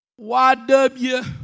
YW